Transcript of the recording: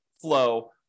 flow